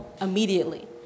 immediately